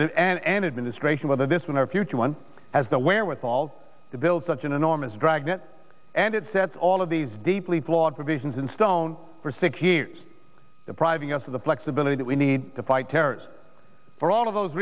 administration whether this when our future one has the wherewithal to build such an enormous dragnet and it sets all of these deeply flawed provisions in stone for six years depriving us of the flexibility that we need to fight terrorists for all of those